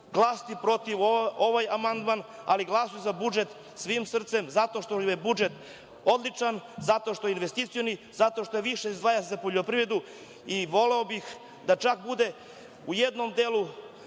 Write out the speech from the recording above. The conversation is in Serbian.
glasati protiv ovog amandmana, ali glasao je za budžet svim srcem i zato što vam je budžet odličan, zato što je investicioni, zato što se više izdvaja za poljoprivredu i voleo bih da čak bude u jednom delu,